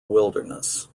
wilderness